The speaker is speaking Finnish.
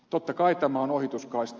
totta kai tämä on ohituskaista